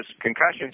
concussions